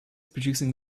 producing